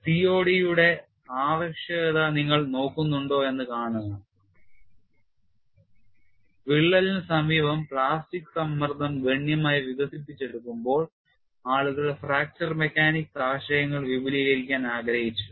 COD യുടെ ആവശ്യകത നിങ്ങൾ നോക്കുന്നുണ്ടോയെന്ന് കാണുക വിള്ളലിന് സമീപം പ്ലാസ്റ്റിക് സമ്മർദ്ദം ഗണ്യമായി വികസിപ്പിച്ചെടുക്കുമ്പോൾ ആളുകൾ ഫ്രാക്ചർ മെക്കാനിക്സ് ആശയങ്ങൾ വിപുലീകരിക്കാൻ ആഗ്രഹിച്ചു